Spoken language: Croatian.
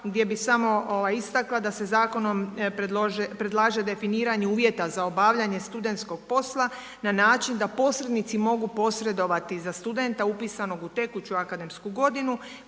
gdje bih samo istakla da se zakonom predlaže definiranje uvjeta za obavljanje studentskog posla na način da posrednici mogu posredovati za studenta upisanog u tekuću akademsku godinu